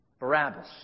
Barabbas